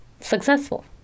successful